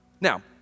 Now